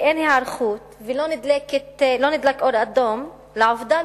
ואין היערכות ולא נדלק אור אדום בגלל עובדה,